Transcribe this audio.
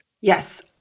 Yes